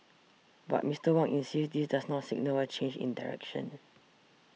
but Mister Wong insists this does not signal a change in direction